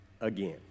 again